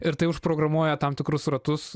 ir tai užprogramuoja tam tikrus ratus